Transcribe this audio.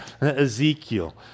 Ezekiel